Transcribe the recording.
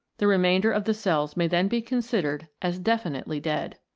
the remainder of the cells may then be considered as definitely dead.